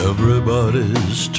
Everybody's